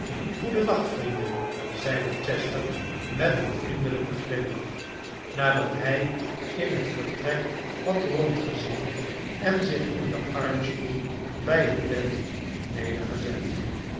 goeden nacht vrienden zeide chester met een vnendelijken glimlach nadat hij in het vertrek had rondgezien en zich m den armstoel bij het bed had nederzet